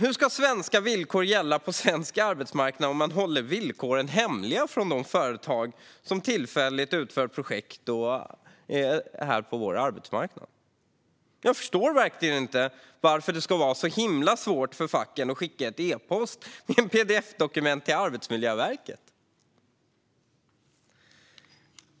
Hur ska svenska villkor gälla på svensk arbetsmarknad om man håller villkoren hemliga för de företag som tillfälligt utför projekt på vår arbetsmarknad? Jag förstår verkligen inte varför det ska vara så himla svårt för facken att skicka en e-post med ett pdf dokument till Arbetsmiljöverket.